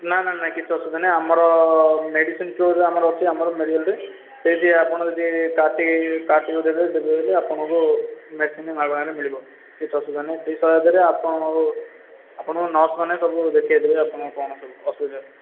ନାଁ ନାଁ ନାଁ କିଛି ଅସୁବିଧା ନାହିଁ ଆମର ମେଡ଼ିସିନ ଷ୍ଟୋରରେ ଆମର ଅଛି ଆମର ମେଡ଼ିକାଲରେ ସେଇଠି ଆପଣ ଯଦି କାର୍ଡ଼ଟି କାର୍ଡଟି ଦେବେ ଦେବେ ବୋଲେ ଆପଣଙ୍କୁ ମେଡ଼ିସିନ ମାଗଣାରେ ମିଳିବ କିଛି ଅସୁବିଧା ନାହିଁ ସେହି ସହାୟତରେ ଆପଣକୁ ଆପଣଙ୍କୁ ନର୍ସମାନେ ସବୁ ଦେଖାଇ ଦେବେ ଆପଣ କ'ଣ ସବୁ ଅସୁବିଧା